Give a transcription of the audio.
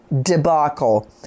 debacle